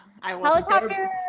Helicopter